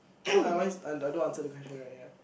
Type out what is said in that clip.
so I want I I don't answer the question right ya